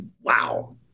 Wow